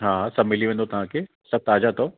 हा सभु मिली वेंदो तव्हांखे सभु ताज़ा अथव